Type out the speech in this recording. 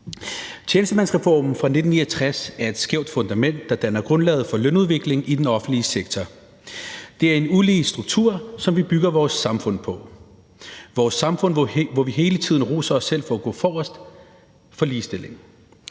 Tjenestemandsreformen fra 1969 er et skævt fundament, der danner grundlaget for lønudviklingen i den offentlige sektor. Det er en ulige struktur, som vi bygger vores samfund på – det samfund, hvor vi hele tiden roser os selv for at gå forrest i ligestillingen.